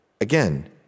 Again